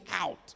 out